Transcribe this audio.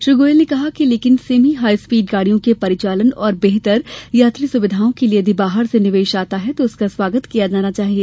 श्री गोयल ने कहा कि लेकिन सेमी हाईस्पीड गाड़ियों के परिचालन तथा बेहतर यात्री सुविधाओं के लिये यदि बाहर से निवेश आता है तो उसका स्वागत किया जाना चाहिए